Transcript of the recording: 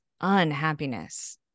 unhappiness